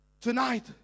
tonight